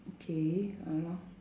okay !hannor!